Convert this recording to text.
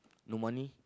no money